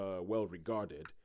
well-regarded